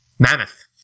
Mammoth